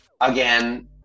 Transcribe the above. again